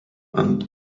ant